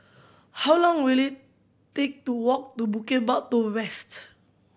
how long will it take to walk to Bukit Batok West